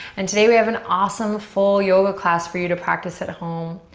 and today we have an awesome full yoga class for you to practice at home.